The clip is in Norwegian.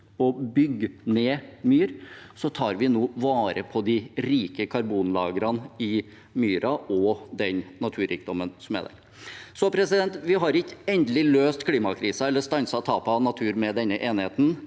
å bygge ned myr, tar vi nå vare på de rike karbonlagrene i myra og den naturrikdommen som er der. Vi har ikke endelig løst klimakrisen eller stanset tapet av natur med denne enigheten,